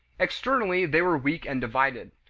externally they were weak and divided.